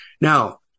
Now